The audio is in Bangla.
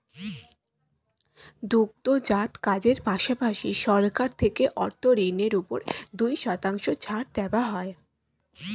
দুগ্ধজাত কাজের পাশাপাশি, সরকার থেকে অর্থ ঋণের উপর দুই শতাংশ ছাড় দেওয়া হয়